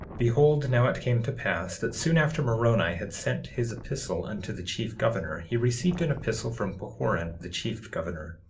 behold, now it came to pass that soon after moroni had sent his epistle unto the chief governor, he received an epistle from pahoran, the chief governor.